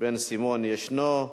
בן-סימון ישנו.